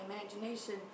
imagination